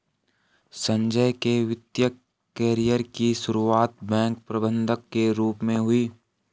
संजय के वित्तिय कैरियर की सुरुआत बैंक प्रबंधक के रूप में हुई